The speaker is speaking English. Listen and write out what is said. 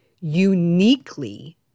uniquely